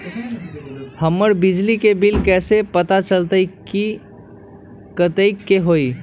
हमर बिजली के बिल कैसे पता चलतै की कतेइक के होई?